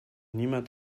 niemand